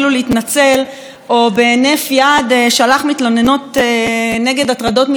או בהינף יד שלח מתלוננות נגד הטרדות מיניות שנים אחורה,